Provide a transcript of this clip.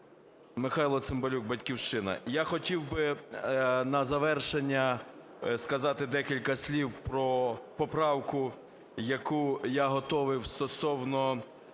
Михайло Цимбалюк, "Батьківщина". Я хотів би на завершення сказати декілька слів про поправку, яку я готовив стосовно